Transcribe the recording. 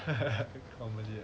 comedy lor